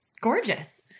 gorgeous